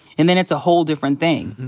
and then it's a whole different thing.